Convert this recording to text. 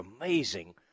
amazing